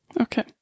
Okay